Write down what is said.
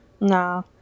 Nah